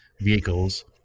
vehicles